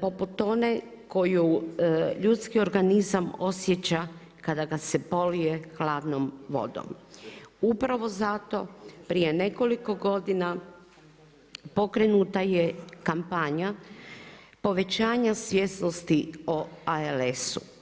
poput one koju ljudski organizam osjeća kada ga se polije hladnom vodom, upravo zato prije nekoliko godina pokrenuta je kampanja povećanja svjesnosti o ALS-u.